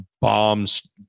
bombs